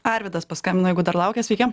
arvydas paskambino jeigu dar laukia sveiki